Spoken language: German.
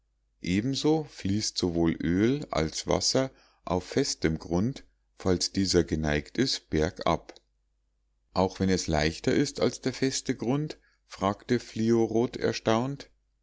ebenso fließt sowohl öl als wasser auf festem grund falls dieser geneigt ist bergab auch wenn es leichter ist als der feste grund fragte fliorot erstaunt